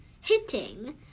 hitting